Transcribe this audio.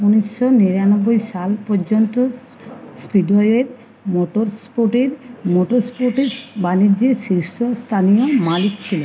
উনিশশো নিরানব্বই সাল পর্যন্ত স্পিডওয়ে মোটরস্পোর্টের মোটরস্পোর্টে বাণিজ্যের শীর্ষস্থানীয় মালিক ছিলো